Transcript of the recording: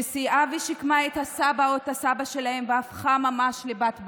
שסייעה ושיקמה את הסבא או הסבתא שלהן והפכה ממש לבת בית.